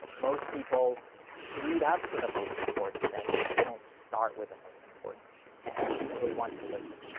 most people lead up to the most important thing, they don't start with the most important issue. so we want to listen.